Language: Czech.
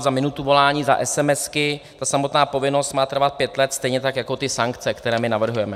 Za minutu volání, za SMS ta samotná povinnost má trvat pět let, stejně tak jako ty sankce, které my navrhujeme.